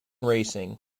racing